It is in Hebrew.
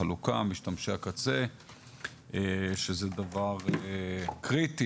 חלוקה ומשתמשי קצה שזה דבר קריטי